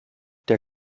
der